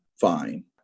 fine